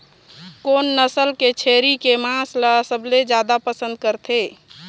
कोन नसल के छेरी के मांस ला सबले जादा पसंद करथे?